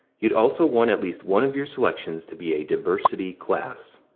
you'd also want at least one of your selections to be a diversity class.